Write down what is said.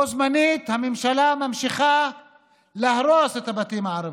בו זמנית, הממשלה ממשיכה להרוס את הבתים הערביים.